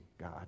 God